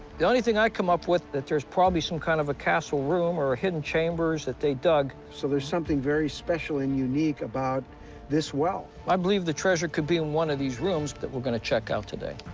the only thing i come up with, that there's probably some kind of a castle room, or hidden chambers that they dug. so there's something very special and unique about this well. i believe the treasure could be in one of these rooms that we're gonna check out today.